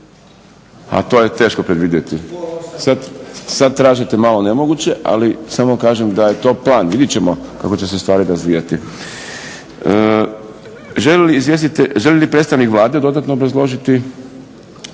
A to je teško predvidjeti. Sad tražite malo nemoguće, ali samo vam kažem da je to plan. Vidjet ćemo kako će se stvari razvijati. Želi li predstavnik Vlade dodatno obrazložiti